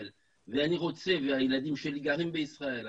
ואני רוצה והילדים שלי גרים בישראל,